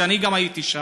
הייתי גם שם,